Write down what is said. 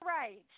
right